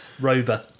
Rover